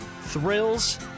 Thrills